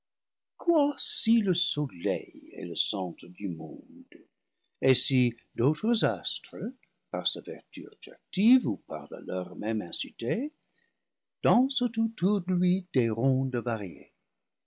si le soleil est le centre du monde et si d'autres astres par sa vertu attractive et par la leur même incités dansent autour de lui des rondes